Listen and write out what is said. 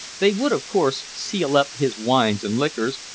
they would, of course, seal up his wines and liquors,